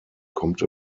kommt